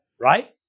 Right